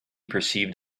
perceived